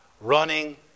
running